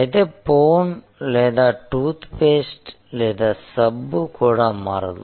అయితే ఫోన్ లేదా టూత్పేస్ట్ లేదా సబ్బు కూడా మారదు